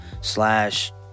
slash